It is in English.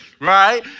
right